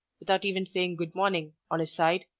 without even saying good-morning on his side,